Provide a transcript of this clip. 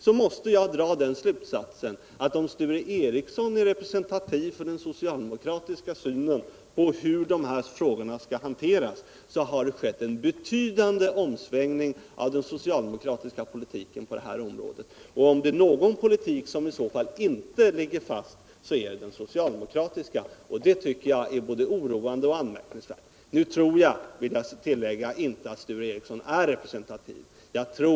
Jag måste därför dra slutsatsen att om Sture Ericson är representativ för den socialdemokratiska synen på hur dessa frågor skall hanteras, så har det skett en betydande omsvängning av den socialdemokratiska politiken på detta område. Om det är någon politik som inte ligger fast, är det i så fall den socialdemokratiska. Och det tycker jag vore både oroande och anmärkningsvärt. Nu tror jag inte att Sture Ericson är representativ, vill jag tillägga.